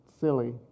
silly